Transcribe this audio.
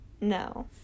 no